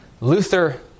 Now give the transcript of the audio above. Luther